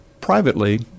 Privately